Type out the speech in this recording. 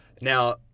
Now